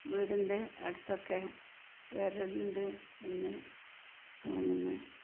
വീടിൻ്റെ അടുത്തൊക്കെ വരലുണ്ട് എന്ന് തോന്നുന്നു